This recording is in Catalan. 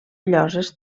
lloses